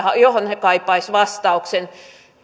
johon he kaipaisivat vastauksen